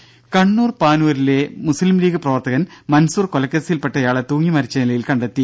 രംഭ കണ്ണൂർ പാനൂരിലെ മുസ്ലിം ലീഗ് പ്രവർത്തകൻ മൻസൂർ കൊലക്കേസിൽപ്പെട്ടയാളെ തൂങ്ങി മരിച്ച നിലയിൽ കണ്ടെത്തി